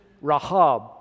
Rahab